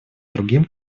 другим